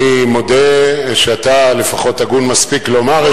אני מודה שאתה, לפחות, הגון מספיק לומר את זה.